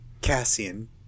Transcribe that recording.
Cassian